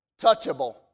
touchable